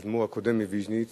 האדמו"ר הקודם מוויז'ניץ,